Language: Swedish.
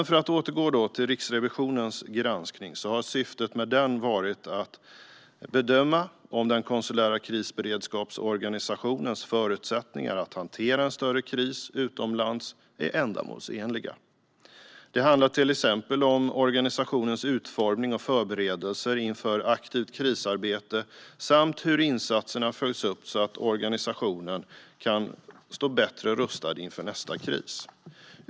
För att återgå till Riksrevisionens granskning har syftet med den varit att bedöma om den konsulära krisberedskapsorganisationens förutsättningar att hantera en större kris utomlands är ändamålsenliga. Det handlar till exempel om organisationens utformning och förberedelser inför aktivt krisarbete samt hur insatserna följs upp så att organisationen kan stå bättre rustad inför nästa kris.